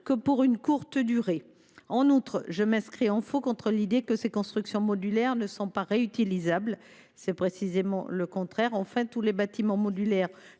que pour une courte durée. En outre, je m’inscris en faux contre l’idée que ces constructions modulaires ne sont pas réutilisables. C’est précisément le contraire. Enfin, tous les bâtiments modulaires